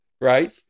right